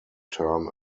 term